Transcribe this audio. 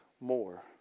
more